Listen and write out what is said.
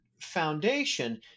foundation